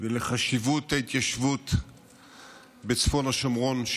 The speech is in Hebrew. ושל חשיבות ההתיישבות בצפון השומרון,